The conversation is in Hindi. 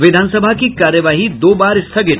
विधानसभा की कार्यवाही दो बार स्थगित